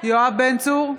יואב בן צור,